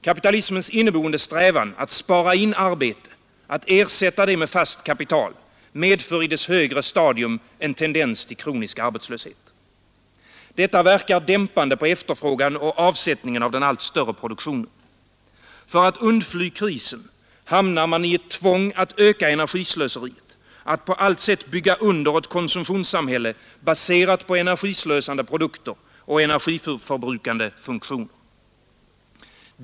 Kapitalismens inneboende strävan att spara in arbete, ersätta det med fast kapital, medför i dess högre stadium en tendens till kronisk arbetslöshet. Detta verkar dämpande på efterfrågan och avsättningen av den allt större produktionen. För att undfly krisen hamnar man i ett tvång att öka energislöseriet, att på allt sätt bygga under ett konsumtionssamhälle baserat på energislösande produkter och energiförbrukande funktioner.